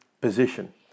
position